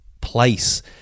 place